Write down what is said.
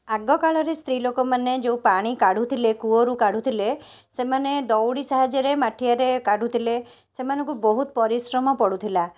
ଆଗକାଳରେ ସ୍ତ୍ରୀଲୋକମାନେ ଯେଉଁ ପାଣି କାଢ଼ୁଥିଲେ କୂଅରୁ କାଢ଼ୁଥିଲେ ସେମାନେ ଦଉଡ଼ି ସାହାଯ୍ୟରେ ମାଠିଆରେ କାଢ଼ୁଥିଲେ ସେମାନଙ୍କୁ ବହୁତ ପରିଶ୍ରମ ପଡ଼ୁଥିଲା